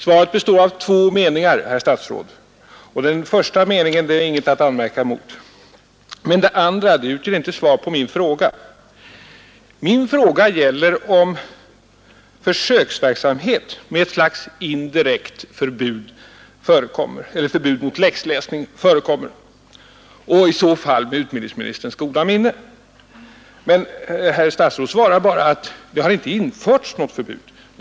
Svaret består av två meningar. Den första meningen finns inget att anmärka emot, men den andra utgör inte något svar på min fråga. Min fråga gäller om försöksverksamhet med ett slags indirekt förbud mot läxläsning förekommer och i så fall med utbildningsministerns goda minne. Herr statsrådet svarar emellertid bara att det inte har införts något förbud.